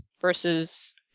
versus